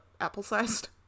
apple-sized